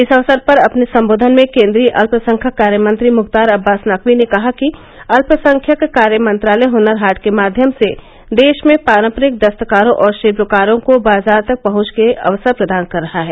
इस अवसर पर अपने संबोधन में केंद्रीय अत्पसंख्यक कार्य मंत्री मुख्तार अब्वास नकवी ने कहा कि अल्पसंख्यक कार्य मंत्रालय हुनर हाट के माध्यम से देश में पारंपरिक दस्तकारों और शिल्पकारों को बाजार तक पहुंच के अवसर प्रदान कर रहा है